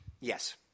Yes